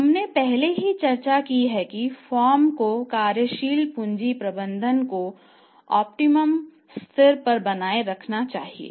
हमने पहले ही चर्चा की है कि फर्म को कार्यशील पूंजी प्रबंधन के इष्टतम स्तर पर बनाए रखना चाहिए